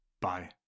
Bye